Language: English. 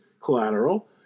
collateral